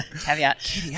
caveat